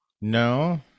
No